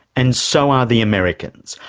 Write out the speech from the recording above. and so are the americans,